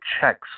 checks